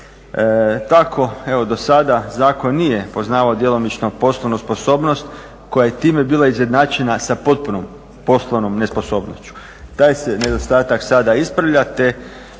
Tako, evo do sada zakon nije poznavao djelomično poslovnu sposobnost koje je time bila izjednačena sa potpunom poslovnom nesposobnošću. Taj se nedostatak sada ispravlja te